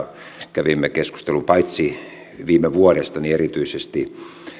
kävimme keskustelun paitsi viime vuodesta myös erityisesti